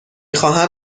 خواهم